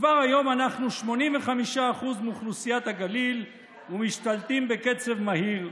כבר היום אנחנו 85% מאוכלוסיית הגליל ומשתלטים בקצב מהיר,